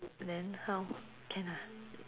then how can ah